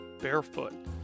barefoot